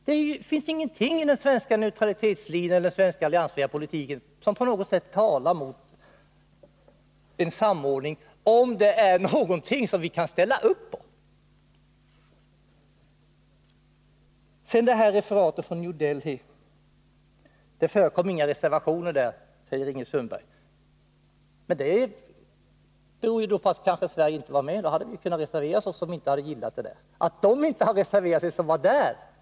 Det finns ingenting i den svenska neutralitetslinjen eller i den svenska alliansfria politiken som på något sätt talar emot en samordning, om det gäller någonting som vi i sak kan ställa upp på. Ingrid Sundberg säger att det inte förekom några reservationer vid utrikesministrarnas möte i New Delhi. Det beror väl då på att Sverige inte var med. Vi hade ju kunnat reservera oss, om vi inte hade gillat ställningstagandena. Att de som var där inte har reserverat sig säger ingenting.